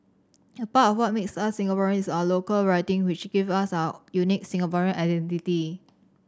a part of what makes us Singaporean is our local writing which gives us our unique Singaporean identity